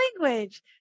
language